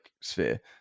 sphere